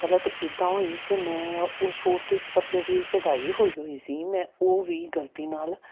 ਗਲਤ ਇੱਦਾਂ ਹੋਈ ਕਿ ਮੈਂ ਉਹ ਸੂਟ ਦੇ ਉੱਪਰ ਜਿਹੜੀ ਕਢਾਈ ਹੋਈ ਹੋਈ ਸੀ ਮੈਂ ਉਹ ਵੀ ਗਲਤੀ ਨਾਲ